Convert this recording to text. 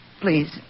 Please